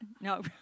no